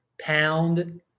Pound